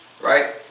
right